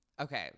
Okay